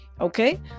Okay